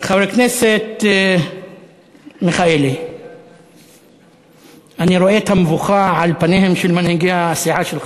רק תראה, אני מציע לך לא לטעות.